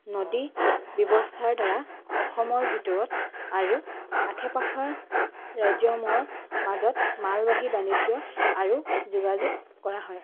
নদী ব্যৱস্থাৰ দ্বাৰা অসমৰ ভিতৰত আৰু আশে পাশৰ ৰাজ্যসমূহৰ মাজত মালবাহী বাণিজ্য আৰু যোগাযোগ কৰা হয়